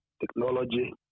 technology